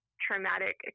traumatic